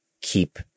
keep